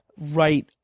right